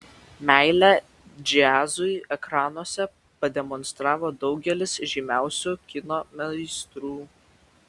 meilę džiazui ekranuose pademonstravo daugelis žymiausių kino meistrų